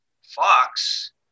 Fox